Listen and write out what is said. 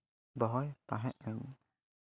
ᱫᱚᱦᱚᱭ ᱛᱟᱦᱮᱸᱫ ᱤᱧ